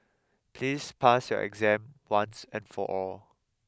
please pass your exam once and for all